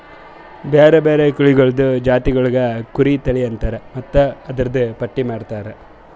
ಬ್ಯಾರೆ ಬ್ಯಾರೆ ಕುರಿಗೊಳ್ದು ಜಾತಿಗೊಳಿಗ್ ಕುರಿ ತಳಿ ಅಂತರ್ ಮತ್ತ್ ಅದೂರ್ದು ಪಟ್ಟಿ ಮಾಡ್ತಾರ